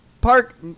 Park